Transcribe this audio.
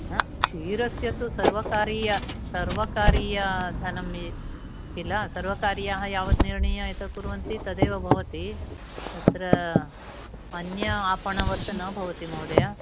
न क्षीरस्य तु सर्वकारीय सर्वकारीयधनं किल सर्वकारीयाः यावत् निर्णीयः यत् कुर्वन्ति तदेव भवति तत्र अन्य आपणवत् न भवति महोदय